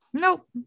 nope